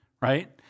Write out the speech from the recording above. right